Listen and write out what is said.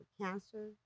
cancer